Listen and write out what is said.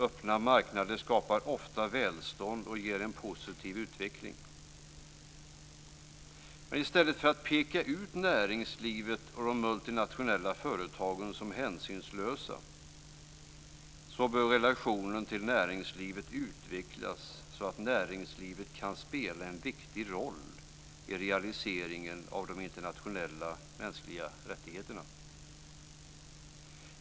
Öppna marknader skapar ofta välstånd och ger en positiv utveckling. Men i stället för att peka ut näringslivet och multinationella företag som hänsynslösa så bör relationen till näringslivet utvecklas så att näringslivet kan spela en viktig roll i realiseringen av de internationella mänskliga rättigheterna.